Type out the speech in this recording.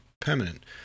permanent